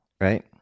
right